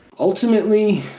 ultimately,